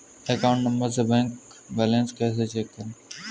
Account number से balance कैसे check करें?